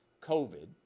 COVID